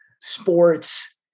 sports